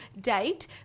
date